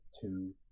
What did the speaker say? two